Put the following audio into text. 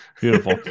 Beautiful